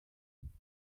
flight